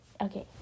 okay